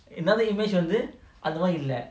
another image வந்துஅதுலாம்இல்ல:vandhu adhulam illa